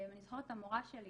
אני זוכרת את המורה שלי,